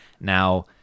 now